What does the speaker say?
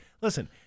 listen